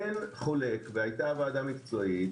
אין חולק, והיתה ועדה מקצועית,